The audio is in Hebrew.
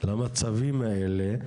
למצבים האלה,